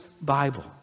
Bible